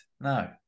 No